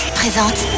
présente